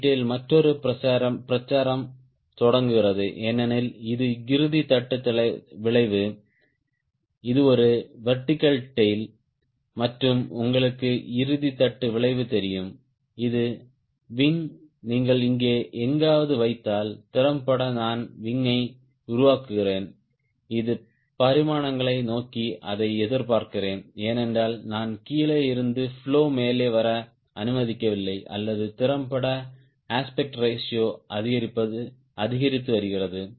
T tail மற்றொரு பிரச்சாரம் தொடர்கிறது ஏனெனில் இது இறுதி தட்டு விளைவு இது ஒரு வெர்டிகல் டேய்ல் மற்றும் உங்களுக்கு இறுதி தட்டு விளைவு தெரியும் இது விங் நீங்கள் இங்கே எங்காவது வைத்தால் திறம்பட நான் விங்யை உருவாக்குகிறேன் இரு பரிமாணங்களை நோக்கி அதை எதிர்பார்க்கிறேன் ஏனென்றால் நான் கீழே இருந்து பிளோ மேலே வர அனுமதிக்கவில்லை அல்லது திறம்பட அஸ்பெக்ட் ரேஷியோ அதிகரித்து வருகிறது